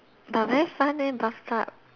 but very fun leh bathtub